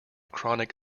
chronic